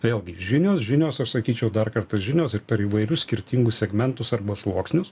vėlgi žinios žinios aš sakyčiau dar kartą žinios ir per įvairius skirtingus segmentus arba sluoksnius